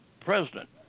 president